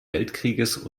weltkrieges